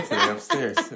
upstairs